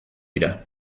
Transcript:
dira